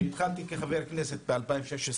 דיון כשנבחרתי כחבר כנסת ב-2017-2016,